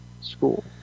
School